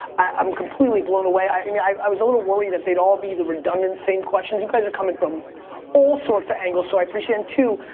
i'm completely blown away. i mean, i was a little worried that they'd all be the redundant same questions. you guys are coming from all sorts of angles, so i appreciate it. and two,